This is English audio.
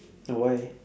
why